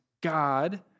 God